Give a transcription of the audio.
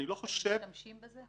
האם משתמשים בזה?